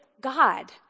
God